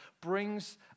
brings